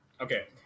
Okay